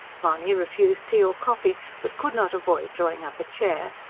mahony refused tea or coffee but could not avoid drawing up a chair,